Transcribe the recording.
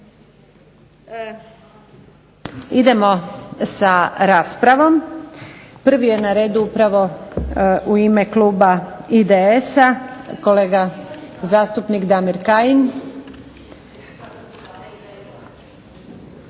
Idemo sa raspravom. Prvi je na redu upravo u ime kluba IDS-a kolega zastupnik Damir Kajin.